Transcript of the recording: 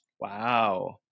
Wow